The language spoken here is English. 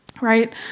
right